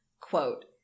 Quote